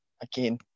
again